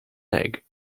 egg